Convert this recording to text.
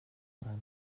байна